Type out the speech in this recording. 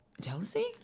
Jealousy